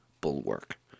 Bulwark